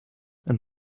and